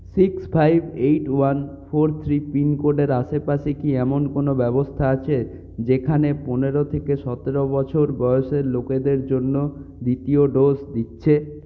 six five eight one four three পিনকোডের আশেপাশে কি এমন কোনও ব্যবস্থা আছে যেখানে পনেরো সতেরো বছর বয়সের লোকেদের জন্য দ্বিতীয় ডোজ দিচ্ছে